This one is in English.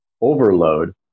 overload